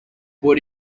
por